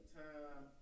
time